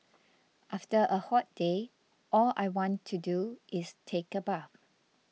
after a hot day all I want to do is take a bath